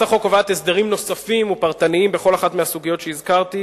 החוק קובעת הסדרים נוספים ופרטניים בכל אחת מהסוגיות שהזכרתי,